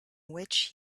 which